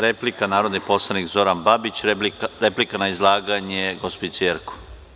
Reč ima narodni poslanik Zoran Babić, replika na izlaganje gospođice Jerkov.